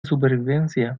supervivencia